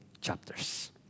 chapters